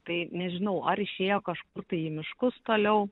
tai nežinau ar išėjo kažkur tai į miškus toliau